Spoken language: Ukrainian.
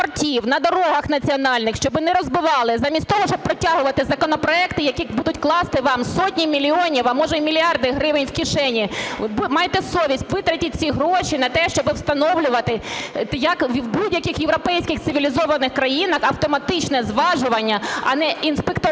на дорогах національних, щоб не розбивали, замість того, щоб протягувати законопроекти, які будуть класти вам сотні мільйонів, а може й мільярди гривень в кишені. Майте совість! Витратьте ці гроші на те, щоб встановлювати, як у будь-яких європейських цивілізованих країнах, автоматичне зважування, а не інспектори,